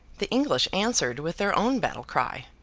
the english answered with their own battle cry,